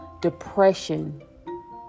depression